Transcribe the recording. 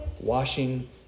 washing